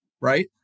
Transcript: right